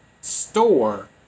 store